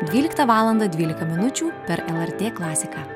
dvyliktą valandą dvylika minučių per lrt klasiką